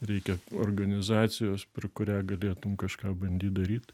reikia organizacijos per kurią galėtum kažką bandyt daryt